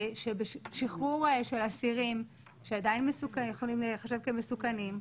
שחרור של אסירים שעדיין יכולים להיחשב כמסוכנים,